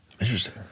Interesting